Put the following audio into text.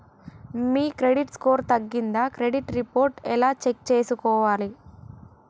మీ credit score తగ్గిందా credit report ఎలా check చేసుకోవాలి?